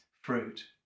fruit